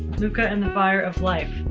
luka and the fire of life.